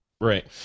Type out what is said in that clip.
right